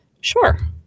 Sure